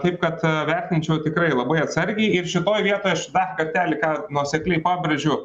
taip kad vertinčiau tikrai labai atsargiai ir šitoj vietoj aš dar kartelį ką nuosekliai pabrėžiu